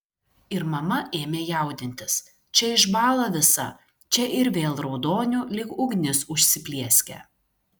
ir mama ėmė jaudintis čia išbąla visa čia ir vėl raudoniu lyg ugnis užsiplieskia